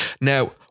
Now